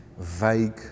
vague